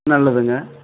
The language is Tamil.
நல்லதுங்க